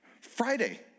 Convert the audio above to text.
Friday